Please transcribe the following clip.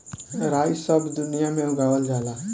राई सब दुनिया में उगावल जाला